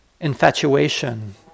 infatuation